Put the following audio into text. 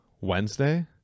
Wednesday